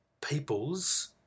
peoples